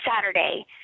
Saturday